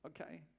Okay